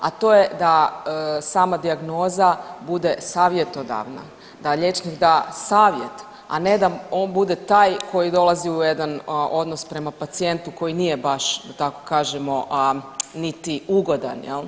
A to je da sama dijagnoza bude savjetodavna, da liječnik da savjet, a ne da on bude taj koji dolazi u jedan odnos prema pacijentu koji nije baš da tako kažemo niti ugodan jel.